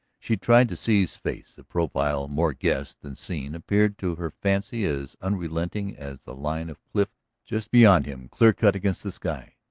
she tried to see his face the profile, more guessed than seen, appeared to her fancy as unrelenting as the line of cliff just beyond him, clear-cut against the sky.